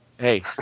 Hey